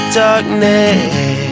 darkness